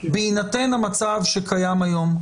בהינתן המצב שקיים היום,